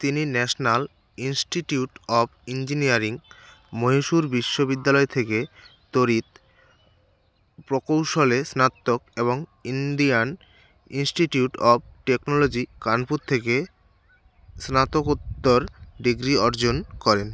তিনি national institute of engineering Mysore বিশ্ববিদ্যালয় থেকে তড়িৎ প্রকৌশলে স্নাতক এবং Indian institute of technology Kanpur থেকে স্নাতকোত্তর ডিগ্রি অর্জন করেন